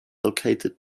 located